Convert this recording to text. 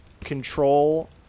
control